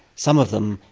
some of them,